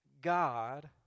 God